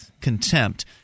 contempt